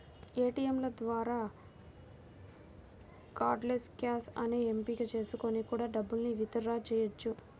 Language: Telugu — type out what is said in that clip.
ఏటియంల ద్వారా కార్డ్లెస్ క్యాష్ అనే ఎంపిక చేసుకొని కూడా డబ్బుల్ని విత్ డ్రా చెయ్యొచ్చు